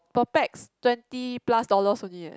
per pax twenty plus dollars only eh